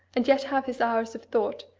and yet have his hours of thought,